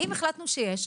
אם החלטנו שיש,